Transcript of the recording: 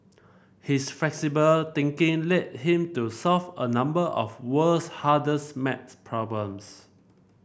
his flexible thinking led him to solve a number of world's hardest maths problems